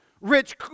Rich